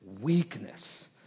weakness